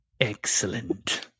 Excellent